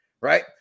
Right